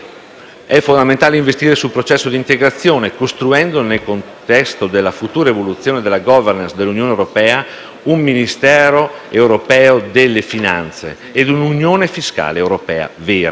è fondamentale investire sul processo d'integrazione, costruendo, nel contesto della futura evoluzione della *governance* dell'Unione europea, un Ministero europeo delle finanze e una vera unione fiscale europea.